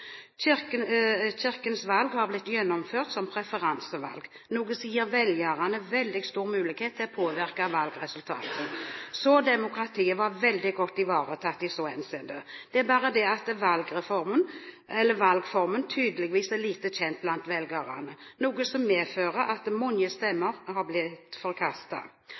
kirken skal få stå fritt når det gjelder å ansette sine egne ledere. Grunnen til disse uttalelsene skal visstnok være lav valgdeltakelse ved kirkevalget, selv om valgdeltakelsen økte. Kirkens valg har blitt gjennomført som preferansevalg, noe som gir velgerne veldig stor mulighet til å påvirke valgresultatet, så demokratiet var veldig godt ivaretatt i så henseende. Det er bare det at valgformen